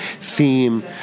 theme